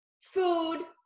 food